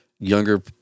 Younger